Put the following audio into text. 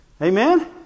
Amen